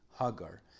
Hagar